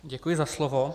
Děkuji za slovo.